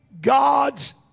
God's